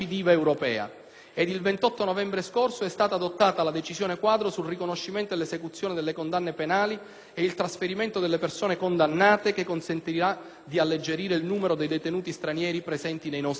Ed il 28 novembre 2008 è stata adottata la decisione quadro sul riconoscimento e l'esecuzione delle condanne penali e il trasferimento delle persone condannate che consentirà di alleggerire il numero dei detenuti stranieri presenti nei nostri istituti.